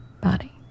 body